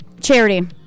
Charity